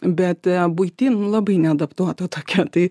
bet buity nu labai neadaptuota tokia tai